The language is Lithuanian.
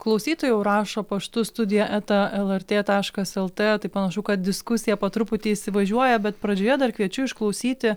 klausytojai jau rašo paštu studija eta lrt taškas lt tai panašu kad diskusija po truputį įsivažiuoja bet pradžioje dar kviečiu išklausyti